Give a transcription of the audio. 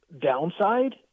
downside